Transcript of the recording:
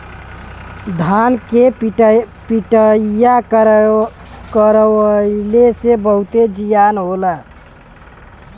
धान के पिटईया करवइले से बहुते जियान होला